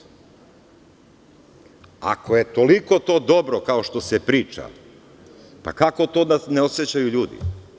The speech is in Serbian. Ako je toliko to dobro, kao što se priča, kako to da ne osećaju ljudi?